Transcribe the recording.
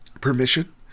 Permission